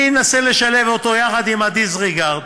אני אנסה לשלב אותו יחד עם ה-disregard.